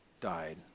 died